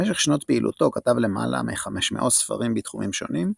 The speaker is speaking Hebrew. במשך שנות פעילותו כתב למעלה מ־500 ספרים בתחומים שונים,